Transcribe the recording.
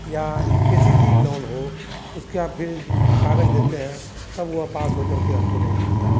या K C C loan हो उसका फिर हम कागज़ देते हैं तब वह पास होकर के हमको लोन मिलता है